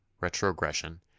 retrogression